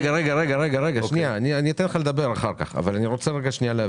רק רגע, אתן לך לדבר אחר כך אבל אני רוצה להבין.